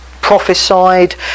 prophesied